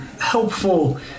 helpful